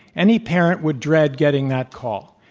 any parent would dread getting that call,